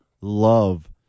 love